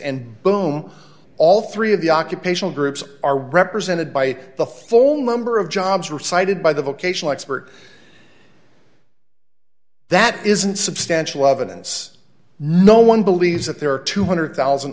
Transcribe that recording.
and boom all three of the occupational groups are represented by the full number of jobs were cited by the vocational expert that isn't substantial evidence no one believes that there are two hundred thousand